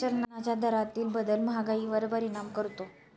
चलनाच्या दरातील बदल महागाईवर परिणाम करतो